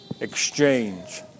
exchange